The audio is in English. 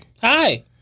Hi